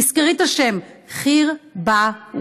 תזכרי את השם, חירבאווי.